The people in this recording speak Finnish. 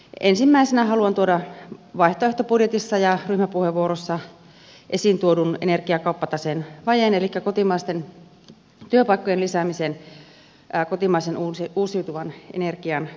ensimmäisenä haluan tuoda vaihtoehtobudjetissa ja ryhmäpuheenvuorossa esiin tuodun energiakauppataseen vajeen elikkä kotimaisten työpaikkojen lisäämisen kotimaisen uusiutuvan energian avulla